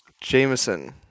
Jameson